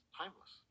timeless